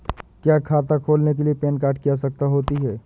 क्या खाता खोलने के लिए पैन कार्ड की आवश्यकता होती है?